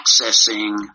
accessing